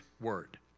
word